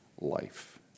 life